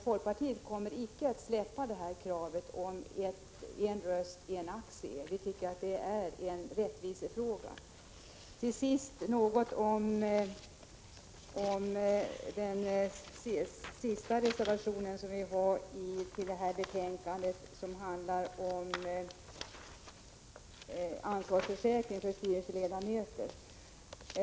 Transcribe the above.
Folkpartiet kommer inte att släppa kravet på en röst-en aktie. Det är en rättvisefråga. Till sist något om den sista reservationen i detta betänkande, som handlar om ansvarsförsäkring för styrelseledamöter.